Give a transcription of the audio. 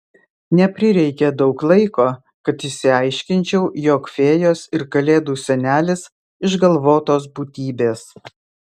neprireikė daug laiko kad išsiaiškinčiau jog fėjos ir kalėdų senelis išgalvotos būtybės